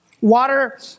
water